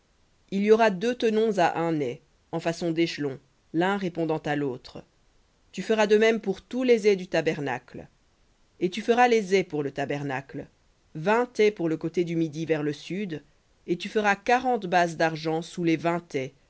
il y aura deux tenons à un ais en façon d'échelons l'un répondant à l'autre tu feras de même pour tous les ais du tabernacle et tu feras les ais pour le tabernacle vingt ais pour le côté du midi vers le sud et tu feras quarante bases d'argent sous les